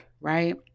right